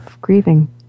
grieving